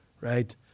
Right